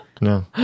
no